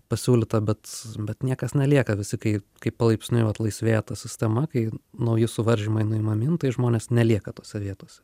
pasiūlyta bet bet niekas nelieka visi kai kai palaipsniui vat laisvėja ta sistema kai nauji suvaržymai nuimami nu tai žmonės nelieka tose vietose